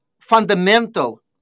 fundamental